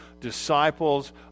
disciples